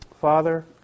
Father